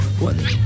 One